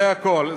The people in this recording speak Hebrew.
זה הכול.